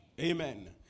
amen